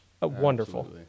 Wonderful